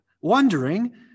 wondering